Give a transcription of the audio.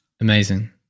Amazing